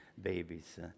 babies